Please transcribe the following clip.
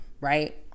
right